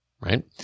right